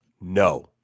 No